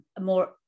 more